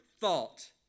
thought